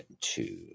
two